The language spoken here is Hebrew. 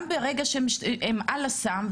גם ברגע שם על הסם,